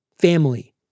family